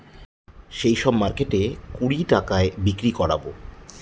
সেই সব মার্কেটে কুড়ি টাকায় বিক্রি করাবো